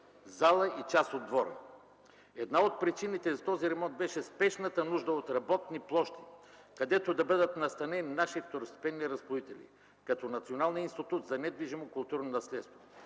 зала и част от двора. Една от причините за този ремонт беше спешната нужда от работни площи, където да бъдат настанени наши и второстепенни разпоредители – като Националният институт за недвижимо културно наследство.